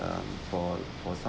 um for for some